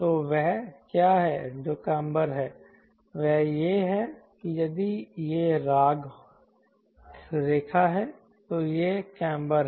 तो वह क्या है जो काम्बर है वह यह है कि यदि यह राग रेखा है तो यह काम्बर है